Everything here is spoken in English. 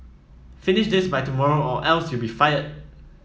finish this by tomorrow or else you be fired